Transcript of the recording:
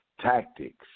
tactics